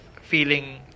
feeling